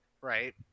right